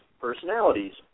personalities